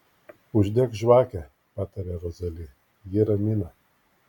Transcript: uždek žvakę pataria rozali ji ramina